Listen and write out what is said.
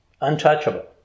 untouchable